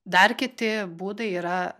dar kiti būdai yra